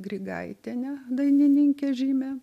grigaitienę dainininkę žymią